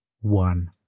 One